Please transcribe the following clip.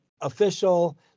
official